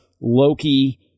Loki